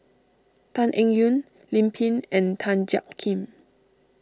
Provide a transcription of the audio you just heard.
Tan Eng Yoon Lim Pin and Tan Jiak Kim